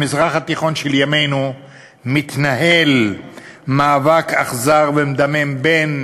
במזרח התיכון של ימינו מתנהל מאבק אכזרי ומדמם בין